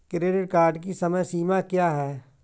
Credit card की समय सीमा क्या है?